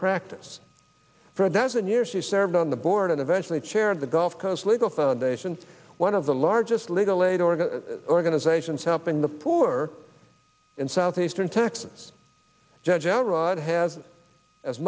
practice for a dozen years she served on the board and eventually chaired the gulf coast legal foundation one of the largest legal aid or good organizations helping the poor in southeastern texas judge a rod has as